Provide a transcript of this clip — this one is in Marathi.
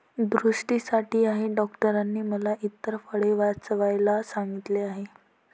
दृष्टीसाठी आहे डॉक्टरांनी मला इतर फळे वाचवायला सांगितले आहे